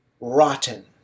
rotten